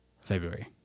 February